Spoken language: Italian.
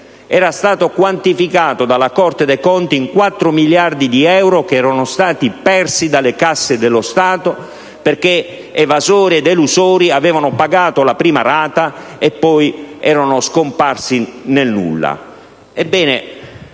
Era stato quantificato dalla Corte dei conti in quattro miliardi di euro che erano stati persi dalle casse dello Stato, perché evasori ed elusori avevano pagato la prima rata e poi erano scomparsi nel nulla.